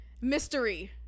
mystery